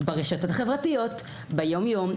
ברשתות החברתיות, ביום יום.